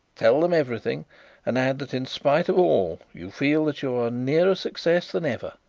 tell them everything and add that in spite of all you feel that you are nearer success than ever.